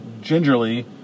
gingerly